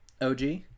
OG